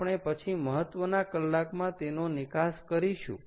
આપણે પછી મહત્વના કલાકમાં તેનો નિકાસ કરીશું